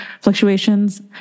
fluctuations